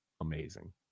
Amazing